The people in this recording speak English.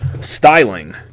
styling